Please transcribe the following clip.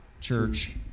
Church